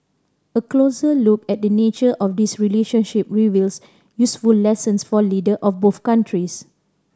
a closer look at the nature of this relationship reveals useful lessons for leader of both countries